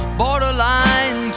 borderline